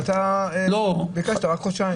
ואתה ביקשת רק חודשיים.